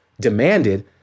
demanded